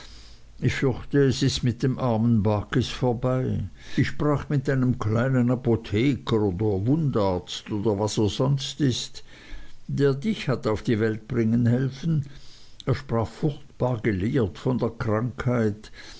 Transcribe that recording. ich fürchte es ist mit dem armen barkis vorbei ich sprach mit einem kleinen apotheker oder wundarzt oder was er sonst ist der dich hat auf die welt bringen helfen er sprach furchtbar gelehrt von der krankheit